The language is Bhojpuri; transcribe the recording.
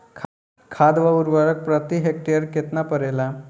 खाद व उर्वरक प्रति हेक्टेयर केतना परेला?